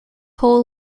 hull